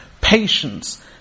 Patience